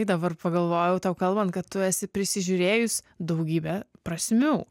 dabar pagalvojau tau kalbant kad tu esi prisižiūrėjus daugybę prasmių